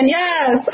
yes